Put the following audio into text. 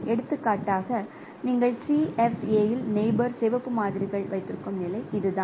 எடுத்துக்காட்டாக நீங்கள் CFA இல் நெயிபோர் சிவப்பு மாதிரிகள் வைத்திருக்கும் நிலை இதுதான்